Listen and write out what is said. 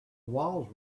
walls